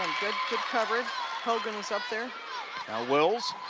good coverage hogan was up there. now wills.